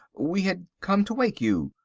we had come to wake you.